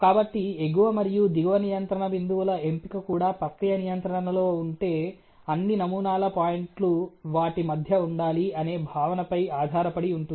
కాబట్టి ఎగువ మరియు దిగువ నియంత్రణ బిందువుల ఎంపిక కూడా ప్రక్రియ నియంత్రణలో ఉంటే అన్ని నమూనాల పాయింట్లు వాటి మధ్య ఉండాలి అనే భావనపై ఆధారపడి ఉంటుంది